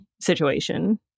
situation